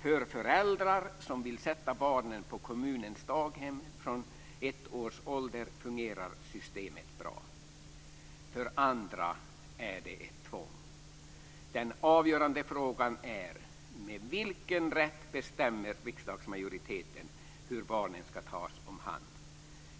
"För föräldrar som vill sätta barnen på kommunens daghem från ett års ålder fungerar systemet bra. För andra är det ett tvång. Den avgörande frågan är: Med vilken rätt bestämmer riksdagsmajoriteten hur barnen skall tas om hand?